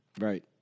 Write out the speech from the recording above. Right